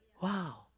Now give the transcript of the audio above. Wow